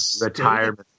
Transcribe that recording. retirement